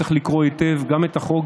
צריך לקרוא היטב גם את החוק,